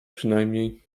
przynajmniej